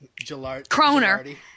Croner